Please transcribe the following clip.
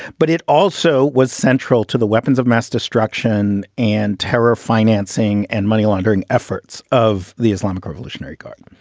but it also was central to the weapons of mass destruction and terror financing and money laundering efforts of the islamic revolutionary guard.